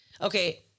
okay